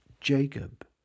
Jacob